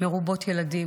מרובות ילדים.